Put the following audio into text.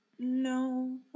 no